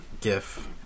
gif